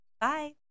Bye